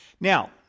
Now